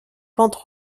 pentes